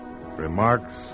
Remarks